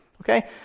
okay